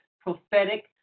prophetic